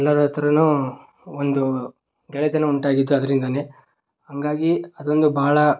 ಎಲ್ಲಾರ ಹತ್ರನು ಒಂದು ಗೆಳೆತನ ಉಂಟಾಗಿತ್ತು ಅದ್ರಿಂದನೇ ಹಾಗಾಗಿ ಅದೊಂದು ಬಹಳ